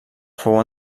fou